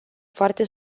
foarte